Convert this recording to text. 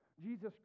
Jesus